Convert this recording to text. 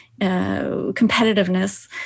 competitiveness